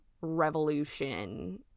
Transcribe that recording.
revolution